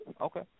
Okay